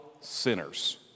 sinners